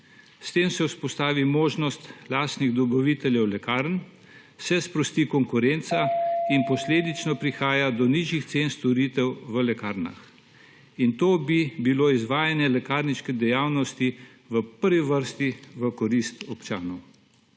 S tem se vzpostavi možnost lastnih dobaviteljev lekarn, se sprosti konkurenca in posledično prihaja do nižjih cen storitev v lekarnah. To bi bilo izvajanje lekarniške dejavnosti v prvi vrsti v korist občanov.